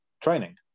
training